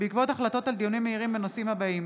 בעקבות דיון מהיר בנושאים אלו: